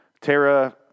Tara